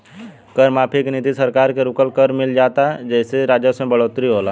कर माफी के नीति से सरकार के रुकल कर मिल जाला जेइसे राजस्व में बढ़ोतरी होला